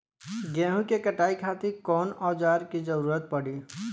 गेहूं के कटाई खातिर कौन औजार के जरूरत परी?